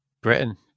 Britain